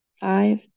Five